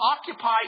occupy